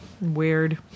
weird